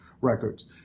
records